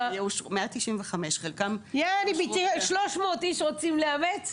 195. יעני 300 איש רוצים לאמץ?